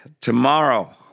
Tomorrow